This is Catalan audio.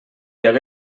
hagué